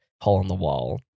hole-in-the-wall